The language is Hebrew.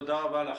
תודה רבה לך.